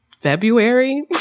February